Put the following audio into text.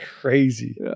crazy